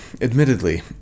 admittedly